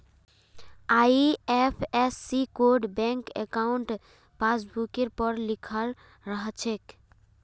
IFSC code bank अंकाउट पासबुकवर पर लिखाल रह छेक